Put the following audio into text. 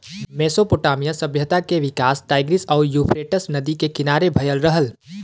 Mesopotamia सभ्यता के विकास टाईग्रीस आउर यूफ्रेटस नदी के किनारे भयल रहल